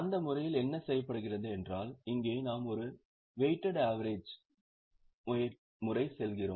அந்த முறையில் என்ன செய்யப்படுகிறது என்றால் இங்கே நாம் ஒரு வெய்ட்டேட் ஆவெரேஜ் முறைக்கு செல்கிறோம்